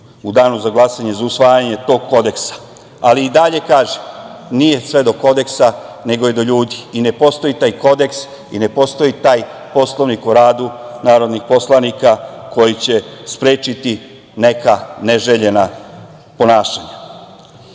i danu za glasanje za usvajanje tog kodeksa, ali i dalje, kažem, nije sve do Kodeksa, nego je do ljudi. Ne postoji taj Kodeks i ne postoji taj Poslovnik o radu narodnih poslanika koji će sprečiti neka neželjena ponašanja.U